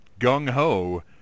gung-ho